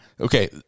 okay